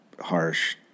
harsh